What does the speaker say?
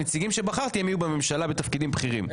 הנציגים שאני בחרתי הם יהיו בממשלה בתפקידים בכירים.